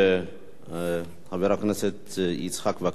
חבר הכנסת יצחק וקנין, איננו.